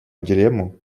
дилемму